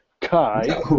Kai